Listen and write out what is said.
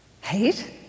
Hate